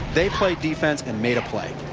they played defense and made a play.